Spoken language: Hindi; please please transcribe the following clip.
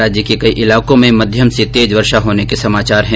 राज्य के कई इलाकों में मध्यम से तेज वर्षा होने के समाचार है